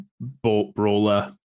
brawler